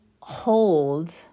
hold